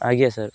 ଆଜ୍ଞା ସାର୍